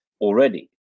already